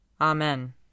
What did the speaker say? Amen